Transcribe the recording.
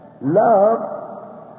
Love